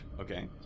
Okay